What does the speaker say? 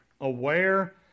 aware